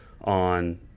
on